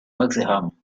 hexham